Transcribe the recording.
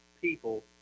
people